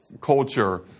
culture